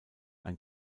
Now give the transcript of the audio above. ein